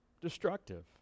destructive